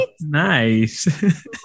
nice